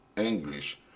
english,